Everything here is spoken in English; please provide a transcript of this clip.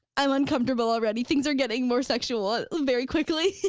i'm uncomfortable already, things are getting more sexual ah very quickly.